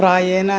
प्रायेण